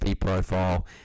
profile